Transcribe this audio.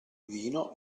vino